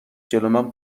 جلومن